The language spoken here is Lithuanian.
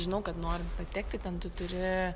žinau kad norint patekti ten tu turi